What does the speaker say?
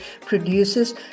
produces